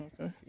Okay